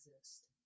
exist